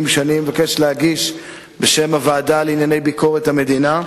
שאני מבקש להגיש בשם הוועדה לענייני ביקורת המדינה.